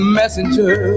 messenger